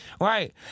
right